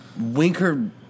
Winker